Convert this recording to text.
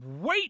wait